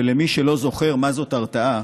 ולמי שלא זוכר מה זאת הרתעה,